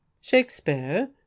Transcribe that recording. shakespeare